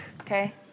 Okay